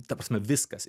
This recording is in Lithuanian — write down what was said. ta prasme viskas